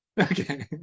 Okay